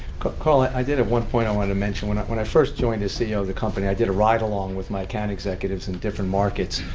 carl, i i did at one point, i wanted to mentioned when when i joined as ceo of the company, i did a ride-along with my account executives in different markets.